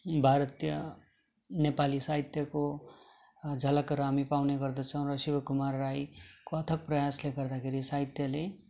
भारतीय नेपाली साहित्यको झलकहरू हामी पाउने गर्दछौँ र शिव कुमार राईको अथक प्रयासले गर्दाखेरि साहित्यले